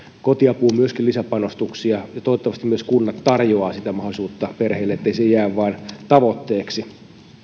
kotiapuun myöskin lisäpanostuksia ja toivottavasti myös kunnat tarjoavat sitä mahdollisuutta perheille ettei se jää vain tavoitteeksi